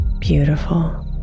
beautiful